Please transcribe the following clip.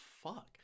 fuck